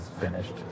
finished